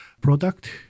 product